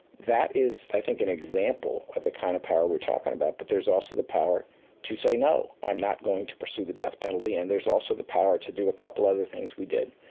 that is, i think, an example, of the kind of power that we're talking about. but, there's also the power to say, no, i'm not going to pursue the death penalty. and there's also the power to do a couple other things we did.